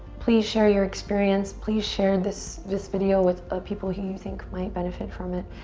please share your experience. please share this this video with people who you think might benefit from it.